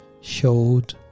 showed